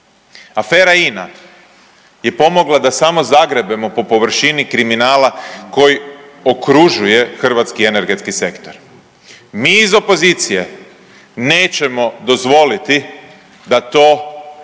afera INA je pomogla da samo zagrebemo po površini kriminala koji okružuje hrvatski energetski sektor. Mi iz opozicije nećemo dozvoliti da to pokrije